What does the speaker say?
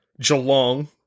Geelong